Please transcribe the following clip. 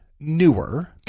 Newer